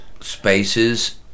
spaces